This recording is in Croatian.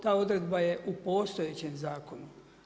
Ta odredba je u postojećem zakonu.